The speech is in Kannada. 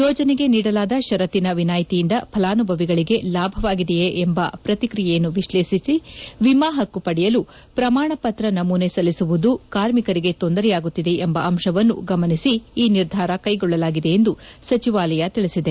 ಯೋಜನೆಗೆ ನೀಡಲಾದ ಷರತ್ತಿನ ವಿನಾಯ್ತಿಯಿಂದ ಫಲಾನುಭವಿಗಳಿಗೆ ಲಾಭವಾಗಿದೆಯೇ ಎಂಬ ಪ್ರತಿಕ್ರಿಯೆಯನ್ನು ವಿಶ್ಲೇಷಿಸಿ ವಿಮಾ ಹಕ್ಕು ಪಡೆಯಲು ಪ್ರಮಾಣಪತ್ರ ನಮೂನೆ ಸಲ್ಲಿಸುವುದು ಕಾರ್ಮಿಕರಿಗೆ ತೊಂದರೆಯಾಗುತ್ತಿದೆ ಎಂಬ ಅಂಶವನ್ನು ಗಮನಿಸಿ ಈ ನಿರ್ಧಾರ ಕೈಗೊಳ್ಳಲಾಗಿದೆ ಎಂದು ಸಚಿವಾಲಯ ತಿಳಿಸಿದೆ